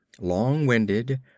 Long-winded